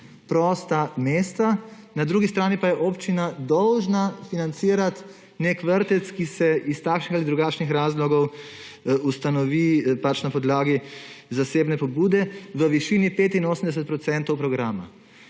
prosta mesta, na drugi strani pa je občina dolžna financirati nek vrtec, ki se iz takšnih ali drugačnih razlogov ustanovi na podlagi zasebne pobude, v višini 85 procentov